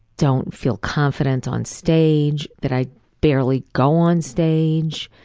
don't feel confident on stage. that i barely go on stage.